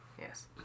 Yes